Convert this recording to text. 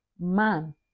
Man